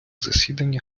засіданнях